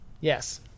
Yes